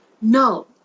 No